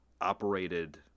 operated